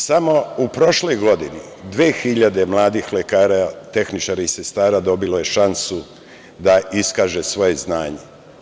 Samo u prošloj godini 2.000 mladih lekara, tehničara i sestara dobilo je šansu da iskaže svoje znanje.